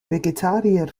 vegetarier